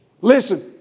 Listen